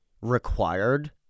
required